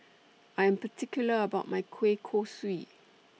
I Am particular about My Kueh Kosui